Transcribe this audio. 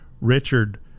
Richard